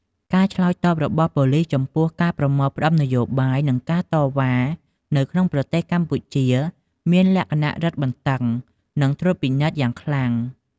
ការឆ្លើយតបរបស់ប៉ូលីសចំពោះ ការប្រមូលផ្តុំនយោបាយ និងការតវ៉ានៅក្នុងប្រទេសកម្ពុជាមានលក្ខណៈរឹតបន្តឹង និងត្រួតពិនិត្យយ៉ាងខ្លាំង។